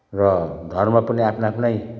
र धर्म पनि आफ्नो आफ्नै